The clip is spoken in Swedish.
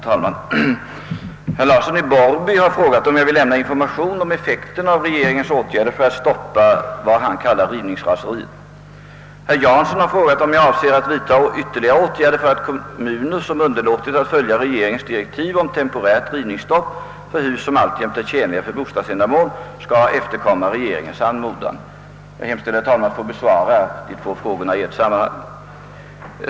Herr talman! Herr Larsson i Borrby har frågat mig, om jag vill lämna information om effekten av regeringens åtgärder för att stoppa vad han kallar rivningsraseriet. Herr Jansson har frågat om jag avser att vidta ytterligare åtgärder för att kommuner, som underlåtit att följa regeringens direktiv om temporärt rivningsstopp för hus som alltjämt är tjänliga för bostadsändamål, skall efterkomma regeringens anmodan. Jag hemställer, herr talman, att få besvara de två frågorna i ett sammanhang.